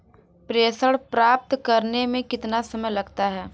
प्रेषण प्राप्त करने में कितना समय लगता है?